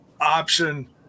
Option